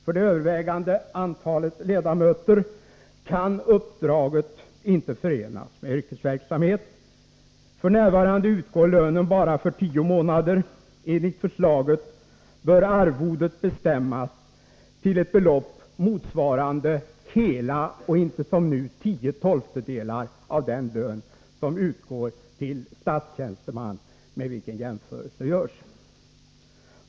För det övervägande antalet ledamöter kan uppdraget inte förenas med yrkesverksamhet. F. n. utgår lönen bara för tio månader. Enligt förslaget bör arvodet bestämmas till ett belopp motsvarande hela den lön — inte som nu tio tolftedelar — som utgår till statstjänsteman, med vilken jämförelse görs.